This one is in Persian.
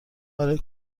برای